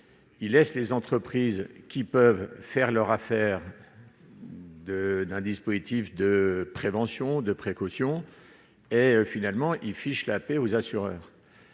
il laisse les entreprises qui peuvent faire leur affaire de d'un dispositif de prévention de précaution et finalement ils fichent la paix aux assureurs